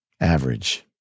average